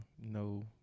No